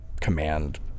command